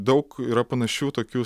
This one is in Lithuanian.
daug yra panašių tokių